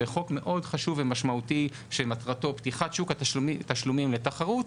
בחוק מאוד חשוב ומשמעותי שמטרתו פתיחת שוק התשלומים לתחרות,